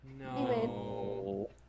No